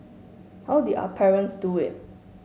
how did our parents do it